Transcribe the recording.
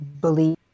believe